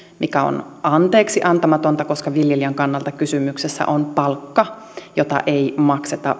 mikä on anteeksiantamatonta koska viljelijän kannalta kysymyksessä on palkka jota ei makseta